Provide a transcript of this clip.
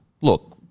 Look